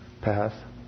path